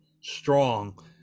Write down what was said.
strong